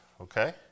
Okay